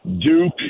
Duke